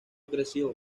creció